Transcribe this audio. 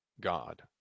god